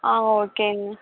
ஆ ஓகேங்க